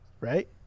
right